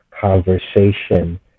conversation